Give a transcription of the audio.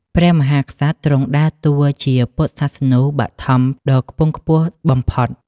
ព្រះមហាក្សត្រទ្រង់ដើរតួជាពុទ្ធសាសនូបត្ថម្ភក៍ដ៏ខ្ពង់ខ្ពស់បំផុត។